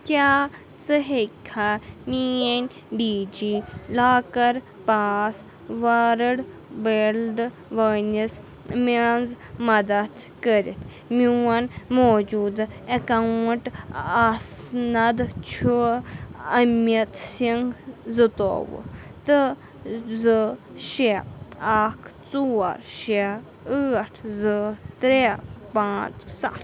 کیٛاہ ژٕ ہیٚککھا میٛٲنۍ DigiLocker password بِلڈ وٲنِس مٮ۪نٛز مدتھ کٔرِتھ میون موجوٗدٕ اٮ۪کاوُنٛٹ آسنَد چھُ أمِت سِنٛگھ زٕتووُہ تہٕ زٕ شےٚ اَکھ ژور شےٚ ٲٹھ زٕ ترٛےٚ پانٛژھ سَتھ